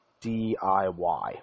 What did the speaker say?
DIY